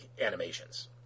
animations